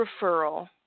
referral